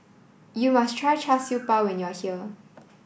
you must try Char Siew Bao when you are here